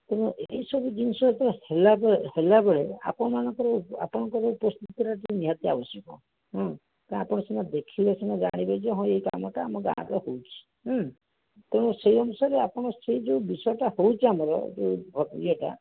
ତେଣୁ ଏହିସବୁ ଜିନିଷଟା ହେଲା ହେଲାବେଳେ ଅପଣମାନଙ୍କର ଆପଣଙ୍କର ଉପସ୍ଥିତିଟା ନିହାତି ଆବଶ୍ୟକ ହୁଁ ଆପଣ ସିନା ଦେଖିଲେ ସିନା ଜାଣିବେ ଯେ ହଁ ଏହି କାମଟା ଆମ ଗାଁରେ ହେଉଛି ଉଁ ତେଣୁ ସେହି ଅନୁସାରେ ଆପଣ ସେହି ଯେଉଁ ବିଷୟଟା ହେଉଛି ଆମର ଇଏଟା